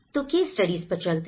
तो case studies पर चलते हैं